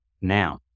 now